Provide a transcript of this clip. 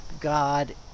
God